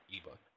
eBook